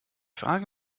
frage